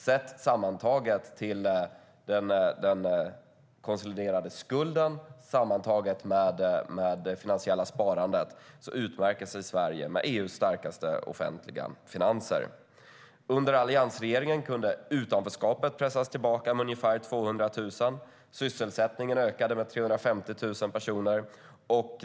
Sett till den konsoliderade skulden sammantagen med det finansiella sparandet utmärker sig Sverige med EU:s starkaste offentliga finanser. Under alliansregeringen kunde utanförskapet pressas tillbaka med ungefär 200 000 personer. Sysselsättningen ökade med 350 000 personer.